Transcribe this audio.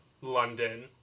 london